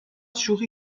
شوخی